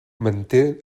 manté